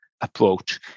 approach